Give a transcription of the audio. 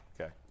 Okay